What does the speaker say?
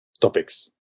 topics